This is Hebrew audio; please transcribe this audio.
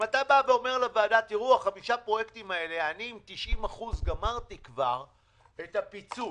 אם אתה אומר לוועדה: בחמישה הפרויקטים האלה עם 90% גמרתי כבר את הפיצוי